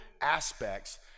aspects